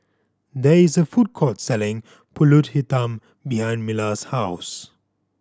there is a food court selling Pulut Hitam behind Mila's house